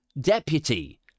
Deputy